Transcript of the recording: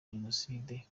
genocide